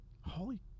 holy